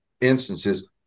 Instances